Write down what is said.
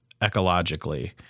ecologically